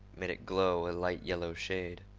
made it glow a light yellow shade.